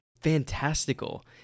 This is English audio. fantastical